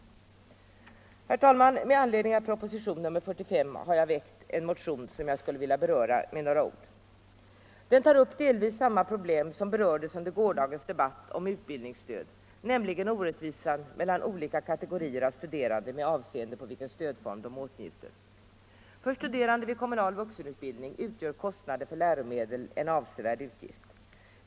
Herr talman! Med anledning av proposition nr 45 har jag väckt en motion, som jag skulle vilja beröra med några ord. Den tar upp delvis samma problem som berördes under gårdagens debatt om utbildningsstöd, nämligen orättvisan mellan olika kategorier av studerande med avseende på vilken stödform de åtnjuter. För studerande vid kommunal vuxenutbildning utgör kostnader för läromedel en avsevärd utgift.